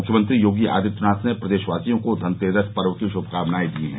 मुख्यमंत्री योगी आदित्यनाथ ने प्रदेशवासियों को धनतेरस पर्व की शुभकामनाएं दी हैं